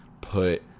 put